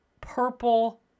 purple